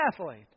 athlete